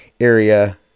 area